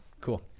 cool